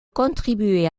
contribuer